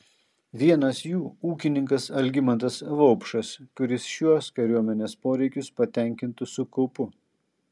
vienas jų ūkininkas algimantas vaupšas kuris šiuos kariuomenės poreikius patenkintų su kaupu